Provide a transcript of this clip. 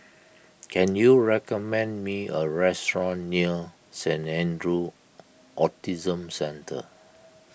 can you recommend me a restaurant near Saint andrew's Autism Centre